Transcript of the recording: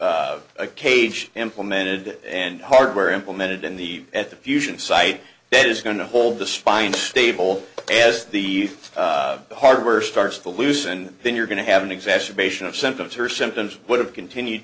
have a cage implemented and hardware implemented in the at the fusion site that is going to hold the spine stable as the hardware starts to loosen then you're going to have an exacerbation of symptoms her symptoms would have continued